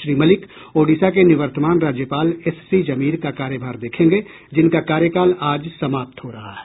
श्री मलिक ओड़िशा के निवर्तमान राज्यपाल एससीजमीर का कार्यभार देखेंगे जिनका कार्यकाल आज समाप्त हो रहा है